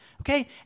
Okay